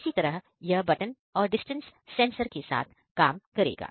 इसी तरह यह बटन और डिस्टेंस सेंसर के साथ काम करेगा